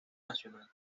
nacional